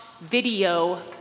video